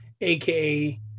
aka